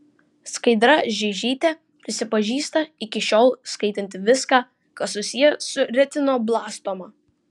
skaidra žeižytė prisipažįsta iki šiol skaitanti viską kas susiję su retinoblastoma